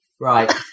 Right